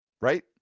right